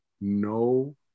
no